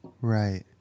Right